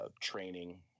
training